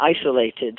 isolated